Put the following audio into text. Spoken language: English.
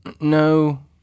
no